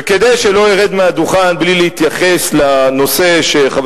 וכדי שלא ארד מהדוכן בלי להתייחס לנושא שחבר